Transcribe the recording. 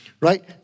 right